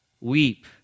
weep